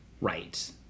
Right